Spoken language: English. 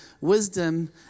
wisdom